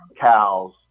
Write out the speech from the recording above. cows